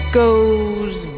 goes